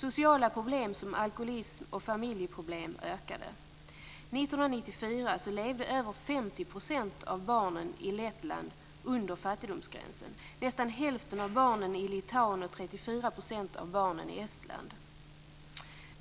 Sociala problem som alkoholism och familjeproblem ökade. 1994 levde över 50 % av barnen i Lettland under fattigdomsgränsen, nästan hälften av barnen i Litauen och